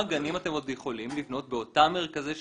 גנים אתם עוד יכולים לבנות באותם מרכזי שירותים?